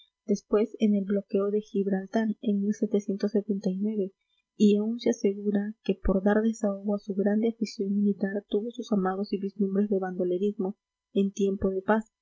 después en el bloqueo de gibraltar en y aún se asegura que por dar desahogo a su grande afición militar tuvo sus amagos y vislumbres de bandolerismo en tiempo de paz